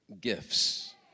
gifts